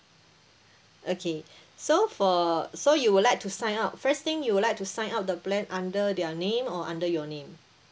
okay so for so you would like to sign up first thing you would like to sign up the plan under their name or under your name